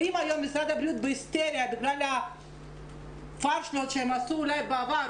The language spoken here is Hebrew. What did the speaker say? ואם היום משרד הבריאות בהיסטריה בגלל הפשלות שהם עשו אולי בעבר,